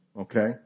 Okay